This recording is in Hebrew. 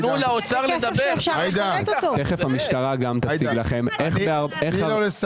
תכף המשטרה גם תציג לכם- -- (היו"ר ינון אזולאי,